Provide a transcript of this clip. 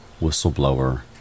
whistleblower